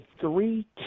three